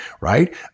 right